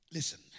Listen